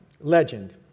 legend